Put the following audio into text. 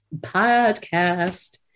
podcast